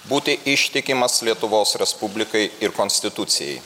būti ištikimas lietuvos respublikai ir konstitucijai